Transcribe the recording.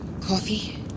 coffee